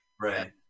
Right